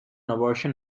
abortion